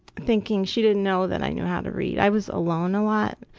thinking she didn't know that i knew how to read. i was alone a lot,